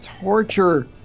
torture